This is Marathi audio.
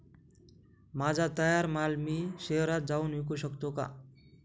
माझा तयार माल मी शहरात जाऊन विकू शकतो का?